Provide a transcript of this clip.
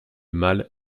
mal